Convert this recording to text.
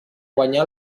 guanyà